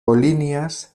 polinias